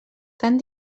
tant